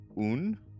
un